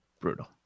brutal